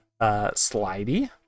slidey